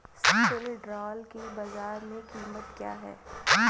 सिल्ड्राल की बाजार में कीमत क्या है?